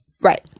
Right